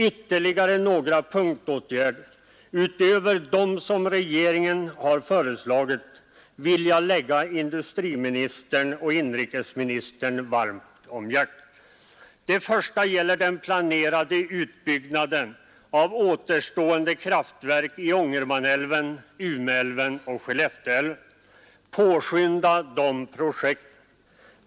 Ytterligare några punktåtgärder, utöver dem som regeringen har föreslagit, vill jag lägga industriministern och inrikesministern på hjärtat. Det första gäller den planerade utbyggnaden av återstående kraftverk i Ångermanälven, Umeälven och Skellefteälven. Påskynda de projekten!